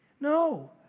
No